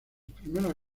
primeras